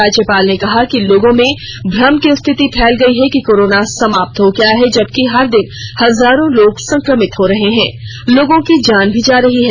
राज्यपाल ने कहा कि लोगों में भ्रम की स्थिति फैल गई है कि कोरोना समाप्त हो गया है जबकि हर दिन हजारों लोग संक्रमित हो रहे हैं लोगों की जान भी जा रही है